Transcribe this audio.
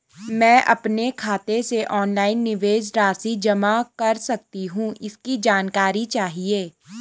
मैं अपने खाते से ऑनलाइन निवेश राशि जमा कर सकती हूँ इसकी जानकारी चाहिए?